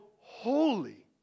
holy